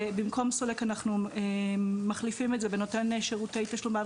במקום סולק - אנחנו מחליפים את זה בנותן שירותי תשלום בעל